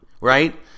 Right